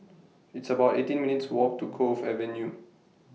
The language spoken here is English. It's about eighteen minutes' Walk to Cove Avenue